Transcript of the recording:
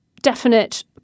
definite